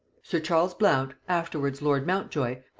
sir charles blount, afterwards lord montjoy,